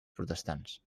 protestants